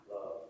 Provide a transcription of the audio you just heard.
love